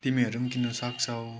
तिमीहरू पनि किन्नु सक्छौ